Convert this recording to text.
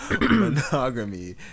Monogamy